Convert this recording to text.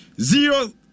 zero